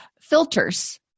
filters